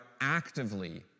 actively